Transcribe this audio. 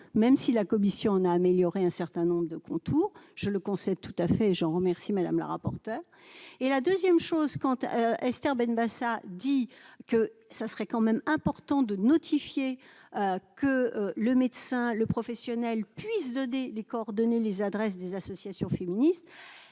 même si la commission n'a amélioré un certain nombre de contours, je le concède, tout à fait et j'en remercie Madame la rapporteure et la 2ème chose compte Esther Benbassa dit que ça serait quand même important de notifier que le médecin le professionnel puisse donner les coordonnées les adresses des associations féministes